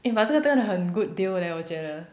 eh but 这个真的很 good deal leh 我觉得